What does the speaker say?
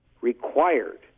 required